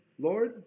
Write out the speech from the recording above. Lord